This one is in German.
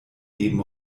neben